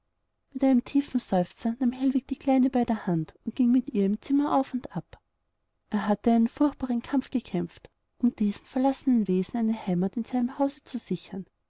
mit einem tiefen seufzer nahm hellwig die kleine bei der hand und ging mit ihr im zimmer auf und ab er hatte einen furchtbaren kampf gekämpft um diesem verlassenen wesen eine heimat in seinem hause zu sichern